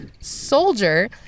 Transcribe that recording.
soldier